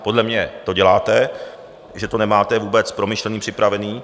Podle mě to děláte, že to nemáte vůbec promyšlené, připravené.